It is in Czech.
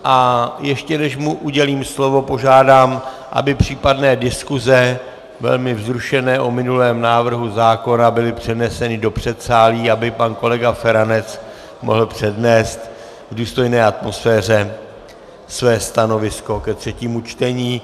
A ještě než mu udělím slovo, požádám, aby případné diskuse, velmi vzrušené, o minulém návrhu zákona, byly přeneseny do předsálí, aby pan kolega Feranec mohl přednést v důstojné atmosféře své stanovisko ke třetímu čtení.